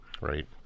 right